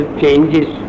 changes